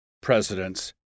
presidents